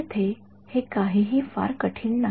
येथे हे काहीही फार कठीण नाही